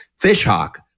Fishhawk